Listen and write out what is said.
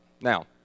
Now